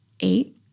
eight